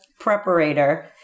preparator